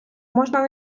можна